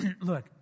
look